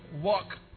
walk